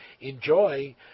enjoy